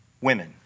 women